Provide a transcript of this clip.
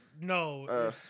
no